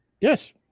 Yes